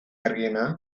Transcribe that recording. argiena